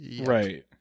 right